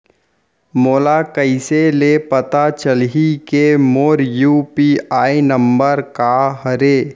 मोला कइसे ले पता चलही के मोर यू.पी.आई नंबर का हरे?